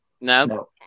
No